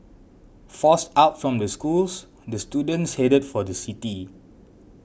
forced out from the schools the students headed for the city